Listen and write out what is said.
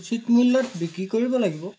উচিত মূল্যত বিক্ৰী কৰিব লাগিব